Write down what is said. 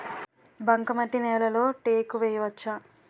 బంకమట్టి నేలలో టేకు వేయవచ్చా?